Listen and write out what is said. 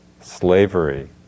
slavery